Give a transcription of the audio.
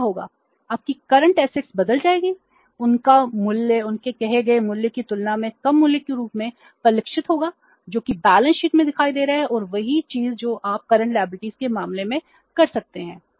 तो क्या होगा आपकी करंट असेट्स के मामले में कर सकते हैं